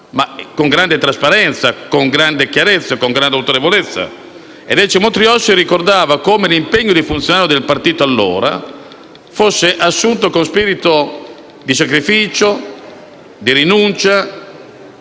con grande trasparenza, con grande chiarezza e con grande autorevolezza. Decimo Triossi ricordava come l'impegno di funzionario del partito fosse allora assunto con spirito di sacrificio, di rinuncia